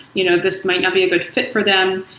you know this might not be a good fit for them,